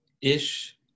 ish